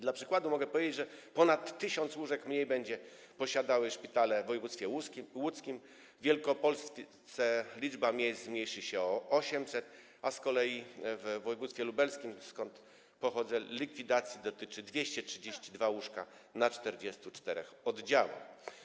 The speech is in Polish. Dla przykładu mogę podać, że ponad 1 tys. łóżek mniej będą posiadały szpitale w województwie łódzkim, w Wielkopolsce liczba miejsc zmniejszy się o 800, a z kolei w województwie lubelskim, skąd pochodzę, likwidacji podlegają 232 łóżka na 44 oddziałach.